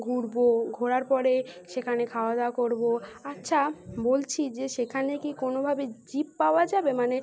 ঘুরব ঘোরার পরে সেখানে খাওয়া দাওয়া করব আচ্ছা বলছি যে সেখানে কি কোনোভাবে জিপ পাওয়া যাবে মানে